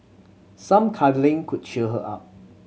some cuddling could cheer her up